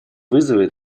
вызовы